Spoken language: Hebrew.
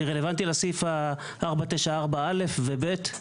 אני רלוונטי לסעיף 494(א) ו-(ב).